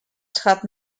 trat